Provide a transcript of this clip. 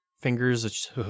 fingers